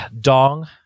Dong